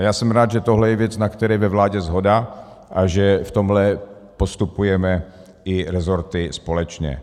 A já jsem rád, že tohle je věc, na které je ve vládě shoda, a že v tomhle postupujeme, i resorty, společně.